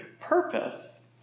purpose